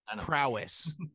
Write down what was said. prowess